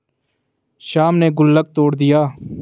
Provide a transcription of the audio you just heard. श्याम ने गुल्लक तोड़ दिया